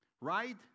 right